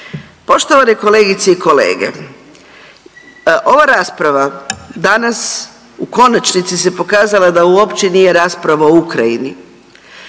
Poštovane kolegice i kolege, ova rasprava danas u konačnici se pokazala da uopće nije rasprava o Ukrajini.